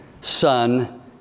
son